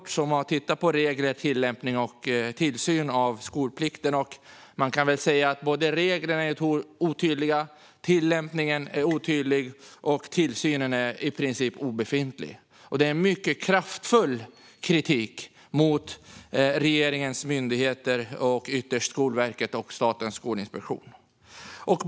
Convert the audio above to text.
Riksrevisionen har tittat på regler, tillämpning och tillsyn av skolplikten, och man kan väl säga att både reglerna och tillämpningen är otydliga och att tillsynen är i princip obefintlig. Och det är en mycket kraftfull kritik mot regeringens myndigheter och ytterst Skolverket och Statens skolinspektion.